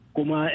Kuma